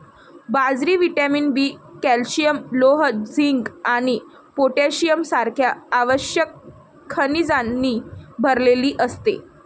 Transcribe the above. बाजरी vitamin B, calcium, लोह, zinc आणि पोटॅशियम सारख्या आवश्यक खनिजांनी भरलेली असते